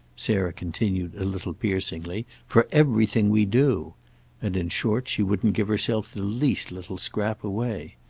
sarah continued a little piercingly, for everything we do and in short she wouldn't give herself the least little scrap away.